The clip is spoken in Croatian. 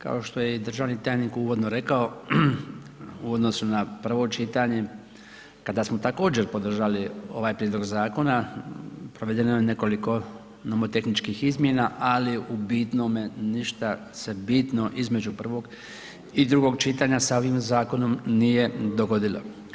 Kao što je državni tajnik uvodno rekao, u odnosu na prvo čitanje, kada smo također podržali ovaj zakona, provedeno je nekoliko nomotehničkih izmjena ali u bitnome ništa se bitno između prvog i drugog čitanja sa ovim zakonom nije dogodilo.